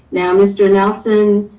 now, mr. nelson